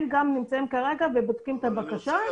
הם בודקים את הבקשות.